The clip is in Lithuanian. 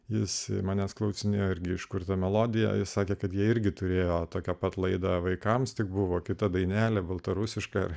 jis manęs klausinėjo irgi iš kur ta melodija sakė kad jie irgi turėjo tokią pat laidą vaikams tik buvo kita dainelė baltarusiška